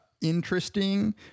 interesting